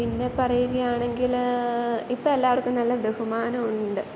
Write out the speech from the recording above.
പിന്നെ പറയുകയാണെങ്കിൽ ഇപ്പോൾ എല്ലാവർക്കും നല്ല ബഹുമാനമുണ്ട്